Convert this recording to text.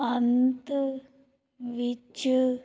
ਅੰਤ ਵਿੱਚ